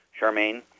Charmaine